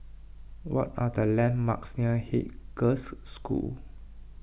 what are the landmarks near Haig Girls' School